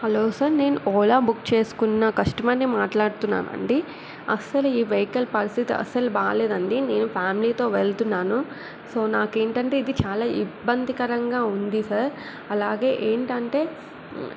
hello sir నేను Ola book చేసుకున్న కస్టమర్ని మాట్లాడుతున్నాను అండి అస్సలు ఈ వేకల్ పరిస్థితి అస్సలు బాగా లేదండి నేను ఫ్యామిలీతో వెళ్తున్నాను సో నాకు ఏంటంటే ఇది చాలా ఇబ్బందికరంగా ఉంది సార్ అలాగే ఏంటంటే